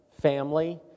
family